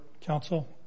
Counsel